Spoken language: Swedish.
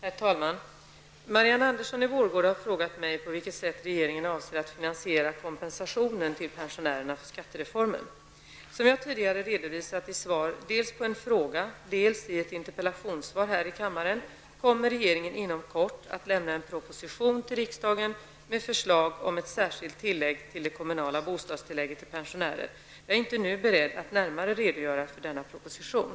Herr talman! Marianne Andersson i Vårgårda har frågat mig på vilket sätt regeringen avser att finansiera kompensationen till pensionärerna för skattereformen. Som jag tidigare redovisat dels i svar på en fråga, dels i ett interpellationssvar här i kammaren, kommer regeringen inom kort att lämna en proposition till riksdagen med förslag om ett särskilt tillägg till det kommunala bostadstillägget till pensionärer. Jag är inte nu beredd att närmare redogöra för denna proposition.